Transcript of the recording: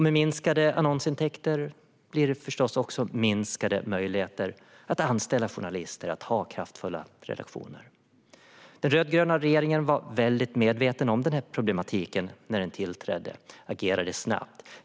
Med lägre annonsintäkter blir det förstås minskade möjligheter att anställa journalister och ha kraftfulla redaktioner. Den rödgröna regeringen var väldigt medveten om denna problematik när den tillträdde, och man agerade snabbt.